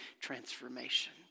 transformation